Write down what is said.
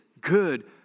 good